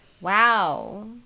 Wow